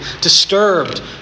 disturbed